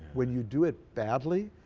when you do it badly,